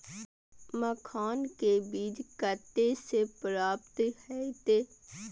मखान के बीज कते से प्राप्त हैते?